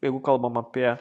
jeigu kalbam apie